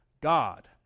God